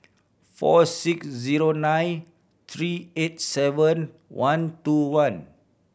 four six zero nine three eight seven one two one